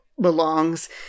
belongs